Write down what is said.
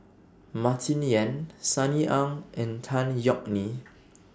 Martin Yan Sunny Ang and Tan Yeok Nee